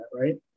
right